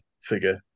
figure